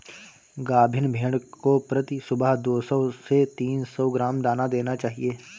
गाभिन भेड़ को प्रति सुबह दो सौ से तीन सौ ग्राम दाना देना चाहिए